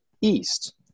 East